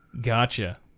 Gotcha